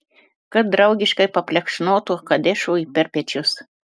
kad draugiškai paplekšnotų kadešui per pečius